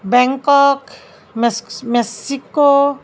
Bangkok Mexico